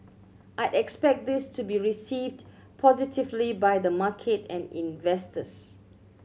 I'd expect this to be received positively by the market and investors